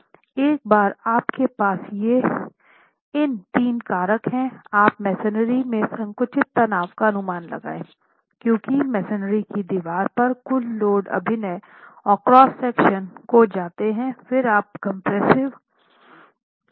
एक बार आप के पास ये इन तीन कारक हैं आप मेसनरी में संकुचित तनाव का अनुमान लगाए है क्योंकि मेसनरी की दीवार पर कुल लोड अभिनय और क्रॉस सेक्शन को जानते हैंफिर आप कम्प्रेस्सिव तनाव का अनुमान लगाएँ